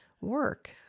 work